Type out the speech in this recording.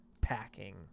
packing